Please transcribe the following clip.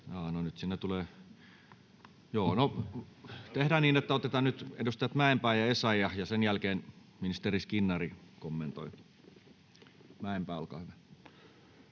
Tehdään niin, että otetaan nyt edustajat Mäenpää ja Essayah, ja sen jälkeen ministeri Skinnari kommentoi. — Mäenpää, olkaa hyvä.